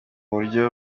buryo